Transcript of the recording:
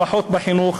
לפחות בחינוך,